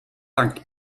sankt